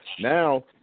now